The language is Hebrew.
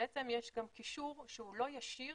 שיש גם קישור שהוא לא ישיר